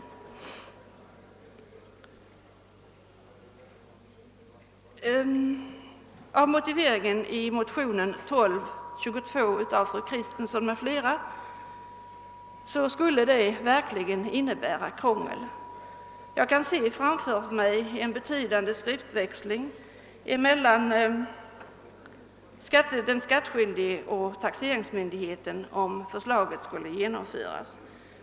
Av motiveringen i motionen framgår att det verkligen skulle bli krångel. Jag kan se framför mig en betydande skriftväxling mellan den skattskyldige och taxeringsmyndigheten, om förslaget skulle genomföras.